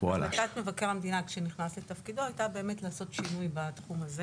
מטרת מבקר המדינה שנכנס לתפקידו הייתה באמת לעשות שינוי בתחום הזה